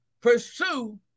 pursue